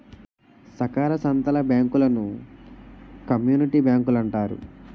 సాకార సంత్తల బ్యాంకులను కమ్యూనిటీ బ్యాంకులంటారు